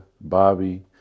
Bobby